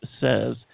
says